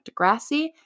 Degrassi